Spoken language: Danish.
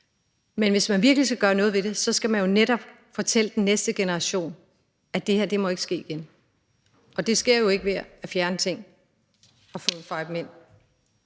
men hvis man virkelig skal gøre noget ved det, skal man jo netop fortælle den næste generation, at det her ikke må ske igen, og det gør man ikke ved at fjerne ting. Kl.